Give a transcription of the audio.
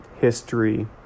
history